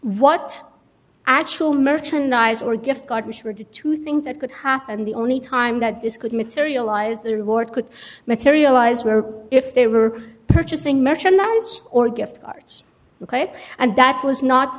what actual merchandise or gift card which were due to things that could happen the only time that this could materialize the reward could materialize where if they were purchasing merchandise or gift cards ok and that was not